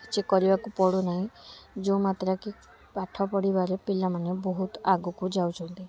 କିଛି କରିବାକୁ ପଡ଼ୁନାହିଁ ଯେଉଁ ମାତ୍ରାରେ କି ପାଠ ପଢ଼ିବାରେ ପିଲାମାନେ ବହୁତ ଆଗକୁ ଯାଉଛନ୍ତି